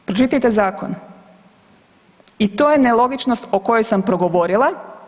Pročitajte zakon i to je nelogičnost o kojoj sam progovorila.